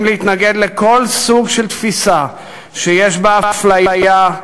להתנגד לכל סוג של תפיסה שיש בה הפליה,